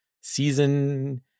season